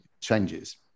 changes